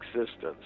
existence